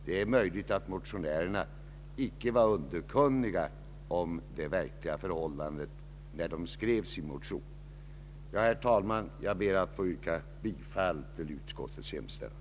Det är möjligt att motionärerna icke kände till det verkliga förhållandet, när de skrev sin motion. Herr talman! Jag ber att få yrka bifall till utskottets hemställan.